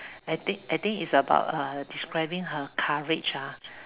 I think I think it's about uh describe her courage ah